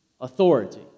authority